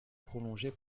prolonger